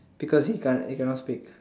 because he can't he cannot speak